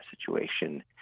situation